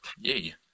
Yay